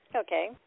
Okay